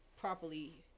properly